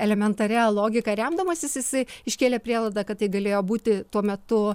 elementaria logika remdamasis jisai iškėlė prielaidą kad tai galėjo būti tuo metu